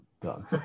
Done